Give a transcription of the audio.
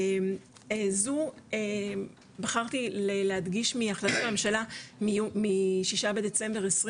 וזו בחרתי להדגיש מהחלטת הממשלה מ-6 בדצמבר 2020